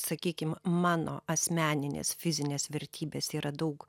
sakykim mano asmeninės fizinės vertybės yra daug